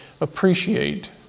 Appreciate